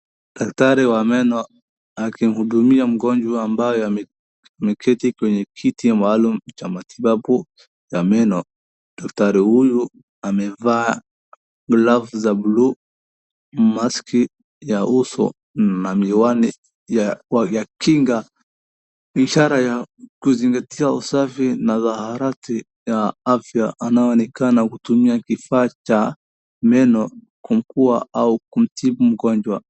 Daktari wa meno akihudumia mgonjwa ambaye ameketi kwenye kiti maalum cha matibabu ya meno, daktari huyu amevaa glavu za cs[blue]cs, maski ya uso na miwani ya kinga, ishara ya kuzingatia usafi na zaharati ya afya, anaonekana kutumia kifaa cha meno kumkua au kumtibu mgonjwa.